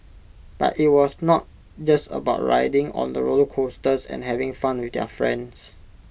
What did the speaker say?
but IT was not just about riding on the roller coasters and having fun with their friends